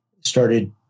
started